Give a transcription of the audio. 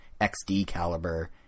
XD-caliber